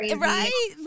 Right